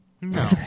No